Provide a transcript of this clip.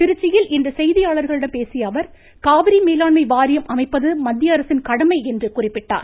திருச்சியில் இன்று செய்தியாளர்களிடம் பேசிய அவர் காவிரி மேலாண்மை வாரியம் அமைப்பது மத்திய அரசின் கடமை என்று குறிப்பிட்டார்